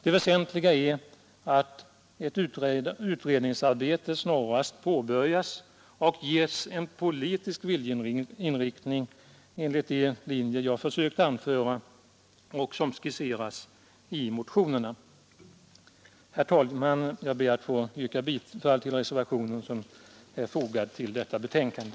Det väsentliga är att utredningsarbetet snarast påbörjas och ges en politisk viljeinriktning enligt de linjer som jag försökt anföra och som skisseras i motionerna. Herr talman! Jag ber att få yrka bifall till den reservation som är fogad till detta betänkande.